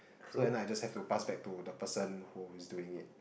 so end up I just have to pass back to the person who is doing it